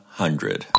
hundred